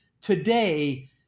today